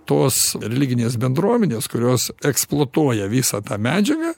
tos religinės bendruomenės kurios eksploatuoja visą tą medžiagą